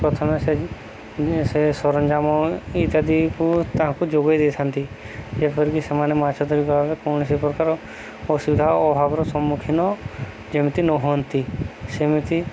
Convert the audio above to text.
ପ୍ରଥମେ ସେ ସେ ସରଞ୍ଜାମ ଇତ୍ୟାଦିକୁ ତାଙ୍କୁ ଯୋଗେଇ ଦେଇଥାନ୍ତି ଯେପରିକି ସେମାନେ ମାଛ ଧରିବା ବେଳେ କୌଣସି ପ୍ରକାର ଅସୁବିଧା ଓ ଅଭାବର ସମ୍ମୁଖୀନ ଯେମିତି ନ ହଅନ୍ତି ସେମିତି